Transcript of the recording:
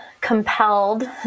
compelled